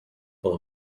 full